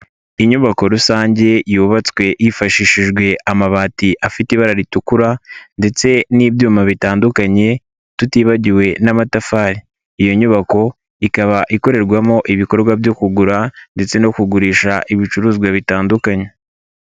Inyubako rusange yubatswe hifashishijwe amabati afite ibara ritukura ndetse n'ibyuma bitandukanye tutibagiwe n'amatafari. Iyo nyubako ikaba ikorerwamo ibikorwa byo kugura ndetse no kugurisha ibicuruzwa bitandukanye.